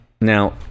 Now